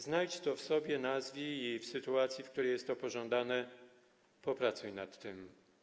Znajdź to w sobie, nazwij i w sytuacji, w której jest to pożądane, popracuj nad tym.